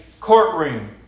courtroom